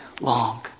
long